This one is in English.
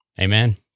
Amen